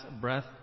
breath